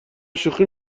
شوخی